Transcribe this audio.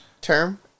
term